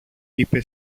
είπε